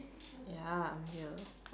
ya I'm here